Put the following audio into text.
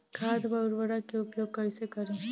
खाद व उर्वरक के उपयोग कइसे करी?